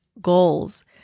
goals